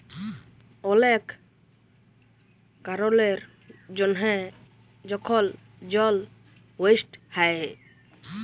অলেক কারলের জ্যনহে যখল জল ওয়েস্ট হ্যয়